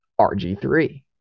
RG3